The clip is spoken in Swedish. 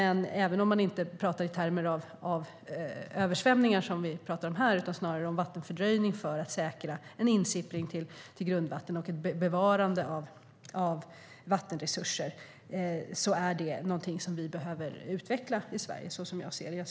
Även om vi inte talar i termer av översvämningar utan snarare om vattenfördröjning för att säkra en insippring till grundvattnet och bevarande av vattenresurser är detta något som vi behöver utveckla i Sverige.